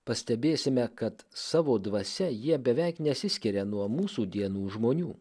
pastebėsime kad savo dvasia jie beveik nesiskiria nuo mūsų dienų žmonių